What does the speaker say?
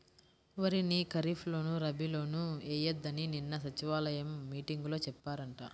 వరిని ఖరీప్ లోను, రబీ లోనూ ఎయ్యొద్దని నిన్న సచివాలయం మీటింగులో చెప్పారంట